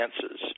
chances